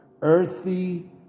earthy